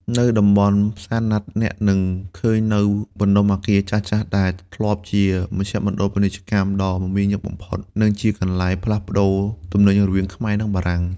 នៅតំបន់ផ្សារណាត់ អ្នកនឹងឃើញនូវបណ្តុំអគារចាស់ៗដែលធ្លាប់ជាមជ្ឈមណ្ឌលពាណិជ្ជកម្មដ៏មមាញឹកបំផុត និងជាកន្លែងផ្លាស់ប្តូរទំនិញរវាងខ្មែរ និងបារាំង។